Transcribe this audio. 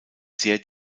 sehr